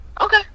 Okay